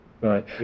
Right